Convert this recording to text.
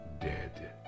dead